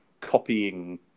copying